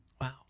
Wow